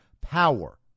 power